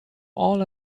all